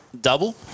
double